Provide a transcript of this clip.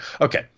okay